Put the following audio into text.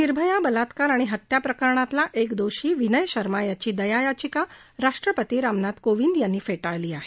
निर्भया बलात्कार आणि हत्या प्रकरणातला के दोषी विनय शर्मा याची दया याचिका राष्ट्रपती रामनाथ कोंविद यांनी फेटाळली आहे